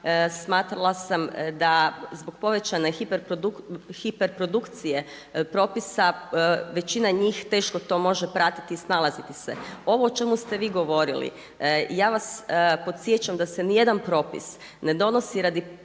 smatrala sam da zbog povećane hiperprodukcije propisa većina njih teško to može pratiti i snalaziti se. Ovo o čemu ste vi govorili ja vas podsjećam da se ni jedan propis ne donosi radi